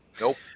Nope